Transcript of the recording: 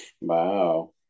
Wow